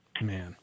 Man